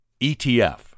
ETF